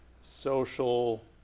social